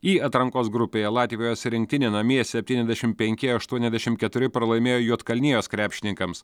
y atrankos grupėje latvijos rinktinė namie septyniasdešimt penki aštuoniasdešimt keturi pralaimėjo juodkalnijos krepšininkams